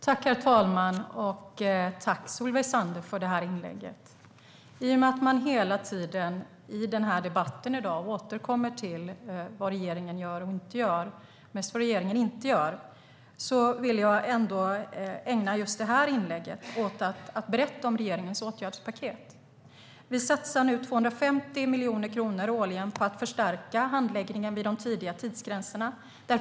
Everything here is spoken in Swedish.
Herr talman! Jag tackar Solveig Zander för inlägget. I och med att man hela tiden i dagens debatt återkommer till vad regeringen gör och inte gör, mest vad regeringen inte gör, vill jag ägna just det här inlägget åt att berätta om regeringens åtgärdspaket. Vi satsar nu 250 miljoner kronor årligen på att förstärka handläggningen vid de tidiga tidsgränserna.